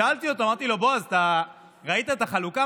שאלתי אותו: בועז, ראית את החלוקה?